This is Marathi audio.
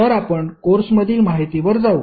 तर आपण कोर्समधील माहितीवर जाऊ